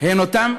הן אותן,